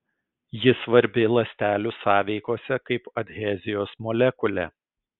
ji svarbi ląstelių sąveikose kaip adhezijos molekulė